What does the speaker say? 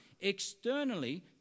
externally